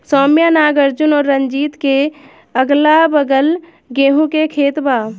सौम्या नागार्जुन और रंजीत के अगलाबगल गेंहू के खेत बा